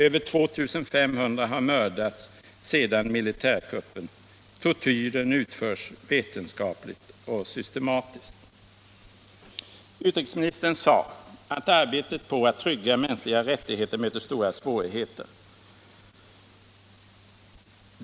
Över 2 500 har mördats sedan militärkuppen. Tortyren utförs vetenskapligt och systematiskt.” Utrikesministern sade att arbetet på att trygga mänskliga rättigheter möter stora svårigheter.